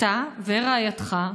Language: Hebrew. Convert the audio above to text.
אתה ורעייתך,